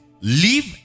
leave